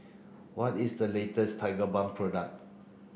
what is the latest Tigerbalm product